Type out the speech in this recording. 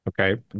Okay